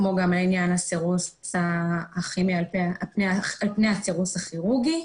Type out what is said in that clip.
כמו גם עניין הסירוס הכימי על פני הסירוס הכירורגי.